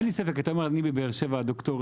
אין לי ספק, אתה אומר אני מבאר שבע, ד"ר